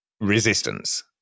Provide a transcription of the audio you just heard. resistance